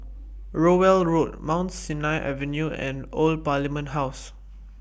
Rowell Road Mount Sinai Avenue and Old Parliament House